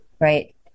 right